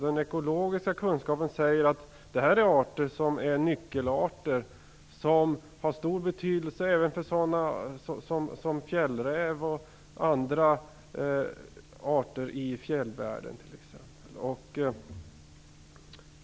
Den ekologiska kunskapen säger att arterna är nyckelarter som har stor betydelse även för sådana djur som fjällräv och andra arter i t.ex. fjällvärlden.